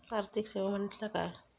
आर्थिक सेवा म्हटल्या काय?